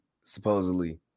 Supposedly